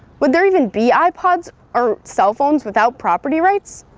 would there even be ipods or cell phones without property rights?